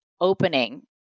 opening